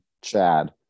Chad